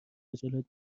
خجالت